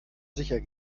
sicher